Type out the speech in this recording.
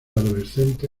adolescente